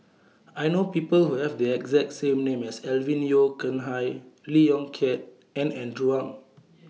I know People Who Have The exact name as Alvin Yeo Khirn Hai Lee Yong Kiat and Andrew Ang